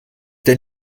der